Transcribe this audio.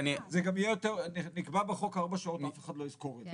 אם נקבע בחוק ארבע שעות אף אחד לא יזכור את זה,